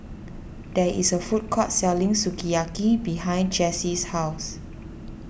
there is a food court selling Sukiyaki behind Jessye's house